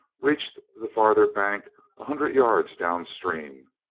reached the farther bank a hun dred yards down stream.